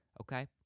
Okay